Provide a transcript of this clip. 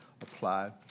apply